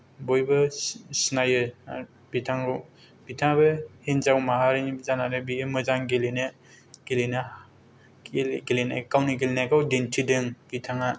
बयबो सिनायो आरो बिथांखौ बिथाङाबो हिनजाव माहारिनि जानानै बेयो मोजां गेलेनो गेलेनो गेलेनाय गावनि गेलेनायखौ दिन्थिदों बिथाङा